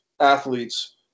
athletes